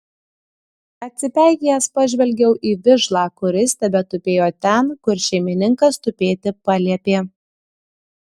atsipeikėjęs pažvelgiau į vižlą kuris tebetupėjo ten kur šeimininkas tupėti paliepė